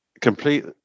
Complete